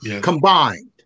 Combined